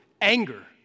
anger